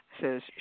says